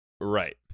Right